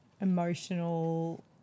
emotional